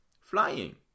Flying